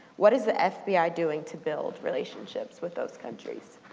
what is the fbi doing to build relationships with those countries?